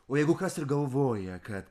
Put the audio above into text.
o jeigu kas ir galvoja kad